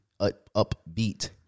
upbeat